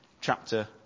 chapter